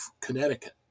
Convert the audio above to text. Connecticut